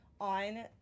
on